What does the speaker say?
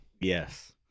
Yes